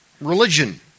religion